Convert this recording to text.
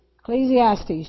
Ecclesiastes